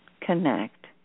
connect